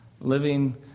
living